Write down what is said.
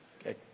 Okay